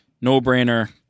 No-brainer